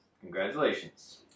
Congratulations